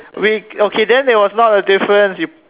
we okay then there was not a difference you